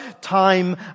time